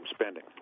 spending